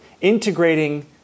integrating